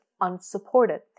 unsupported